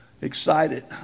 excited